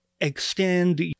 extend